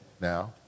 now